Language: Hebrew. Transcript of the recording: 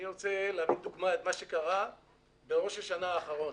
אני רוצה להביא כדוגמה את מה שקרה בראש השנה האחרון.